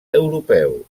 europeus